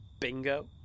Bingo